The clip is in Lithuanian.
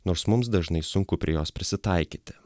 nors mums dažnai sunku prie jos prisitaikyti